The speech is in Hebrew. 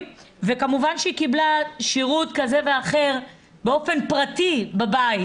וכמובן שהיא קיבלה שירות כזה ואחר באופן פרטי בבית.